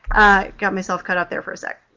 got myself caught up there for a sec.